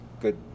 good